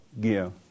give